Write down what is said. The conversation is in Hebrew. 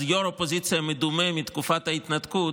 אז יו"ר אופוזיציה מדומה מתקופת ההתנתקות,